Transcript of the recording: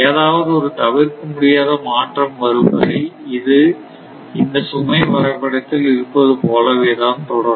ஏதாவது ஒரு தவிர்க்க முடியாத மாற்றம் வரும் வரை இது இந்த சுமை வரைபடத்தில் இருப்பது போல தான் தொடரும்